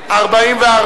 44,